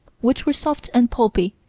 which were soft and pulpy,